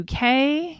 UK